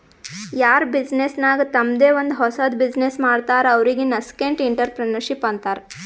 ಯಾರ್ ಬಿಸಿನ್ನೆಸ್ ನಾಗ್ ತಂಮ್ದೆ ಒಂದ್ ಹೊಸದ್ ಬಿಸಿನ್ನೆಸ್ ಮಾಡ್ತಾರ್ ಅವ್ರಿಗೆ ನಸ್ಕೆಂಟ್ಇಂಟರಪ್ರೆನರ್ಶಿಪ್ ಅಂತಾರ್